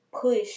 push